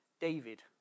David